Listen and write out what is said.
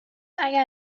اگر